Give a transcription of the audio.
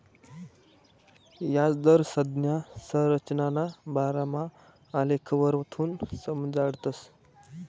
याजदर संज्ञा संरचनाना बारामा आलेखवरथून समजाडतस